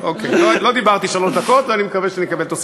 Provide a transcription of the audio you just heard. לא דיברתי שלוש דקות, ואני מקווה שאני אקבל תוספת.